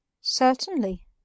Certainly